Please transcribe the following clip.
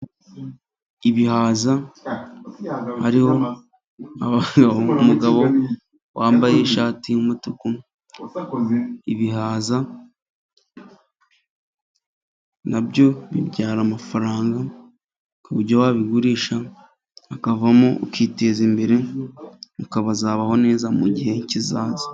Ibihaza, hariho umugabo wambaye ishati y'umutuku, ibihaza nabyo bibyara amafaranga kuburyo wabigurisha akavamo ukiteza imbere, ukazabaho neza mu gihe kizaza.